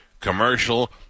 commercial